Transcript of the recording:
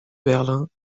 berlin